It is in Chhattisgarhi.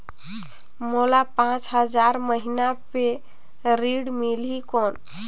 मोला पांच हजार महीना पे ऋण मिलही कौन?